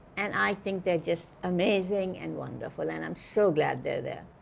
and i think they're just amazing and wonderful, and i'm so glad they're there